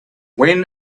when